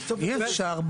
אי אפשר בפועל.